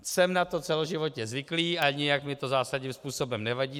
Jsem na to celoživotně zvyklý a nijak mi to zásadním způsobem nevadí.